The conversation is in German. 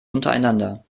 untereinander